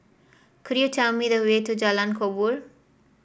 could you tell me the way to Jalan Kubor